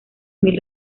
mil